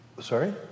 Sorry